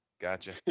gotcha